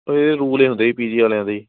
ਇਹ ਰੂਲ ਏ ਹੁੰਦੇ ਜੀ ਪੀਜੀ ਵਾਲਿਆਂ ਦੇ